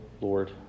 Lord